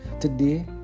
Today